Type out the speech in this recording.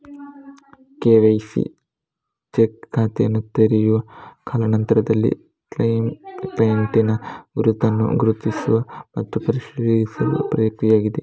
KYC check ಖಾತೆಯನ್ನು ತೆರೆಯುವ ಕಾಲಾ ನಂತರದಲ್ಲಿ ಕ್ಲೈಂಟಿನ ಗುರುತನ್ನು ಗುರುತಿಸುವ ಮತ್ತು ಪರಿಶೀಲಿಸುವ ಪ್ರಕ್ರಿಯೆಯಾಗಿದೆ